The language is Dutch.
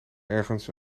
ergens